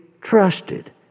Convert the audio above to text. trusted